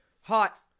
hot